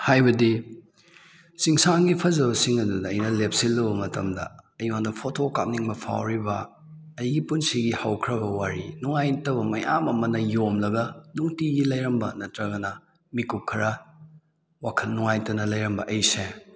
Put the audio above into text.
ꯍꯥꯏꯕꯗꯤ ꯆꯤꯡꯁꯥꯡꯒꯤ ꯐꯖꯕꯁꯤꯡ ꯑꯗꯨꯗ ꯑꯩꯅ ꯂꯦꯞꯁꯤꯜꯂꯨꯕ ꯃꯇꯝꯗ ꯑꯩꯉꯣꯟꯗ ꯐꯣꯇꯣ ꯀꯥꯞꯅꯤꯡꯕ ꯐꯥꯎꯔꯤꯕ ꯑꯩꯒꯤ ꯄꯨꯟꯁꯤꯒꯤ ꯍꯧꯈ꯭ꯔꯥꯕ ꯋꯥꯔꯤ ꯅꯨꯡꯉꯥꯏꯇꯕ ꯃꯌꯥꯝ ꯑꯃꯅ ꯌꯣꯝꯂꯒ ꯅꯨꯡꯇꯤꯒꯤ ꯂꯩꯔꯝꯕ ꯅꯠꯇ꯭ꯔꯒꯅ ꯃꯤꯀꯨꯞ ꯈꯔ ꯋꯥꯈꯜ ꯅꯨꯡꯉꯥꯏꯇꯅ ꯂꯩꯔꯝꯕ ꯑꯩꯁꯦ